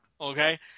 Okay